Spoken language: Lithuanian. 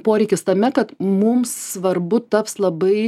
poreikis tame kad mums svarbu taps labai